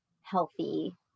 healthy